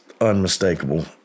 unmistakable